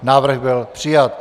Návrh byl přijat.